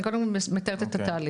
אני קודם כל מתארת את התהליך.